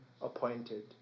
appointed